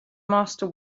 master